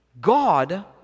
God